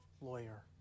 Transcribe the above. Lawyer